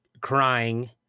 crying